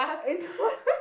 I don't want